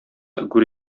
гүр